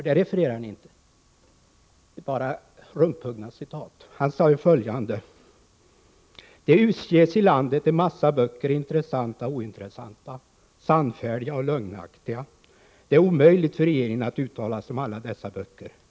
Det refererade ni inte, utan ni återgav bara rumphuggna citat. Statsministern sade följande: ”Det utges i landet en massa böcker, intressanta och ointressanta, sannfärdiga och lögnaktiga. Det är omöjligt för regeringen att uttala sig om alla dessa böcker.